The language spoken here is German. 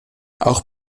auch